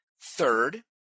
Third